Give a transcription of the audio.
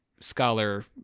scholar